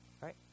right